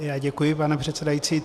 Já děkuji, pane předsedající.